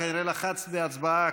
כנראה לחצת בהצבעה קודמת.